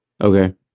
okay